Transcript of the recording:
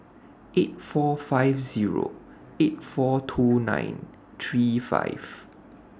eight four five Zero eight four two nine three five